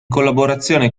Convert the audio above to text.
collaborazione